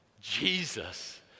Jesus